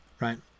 right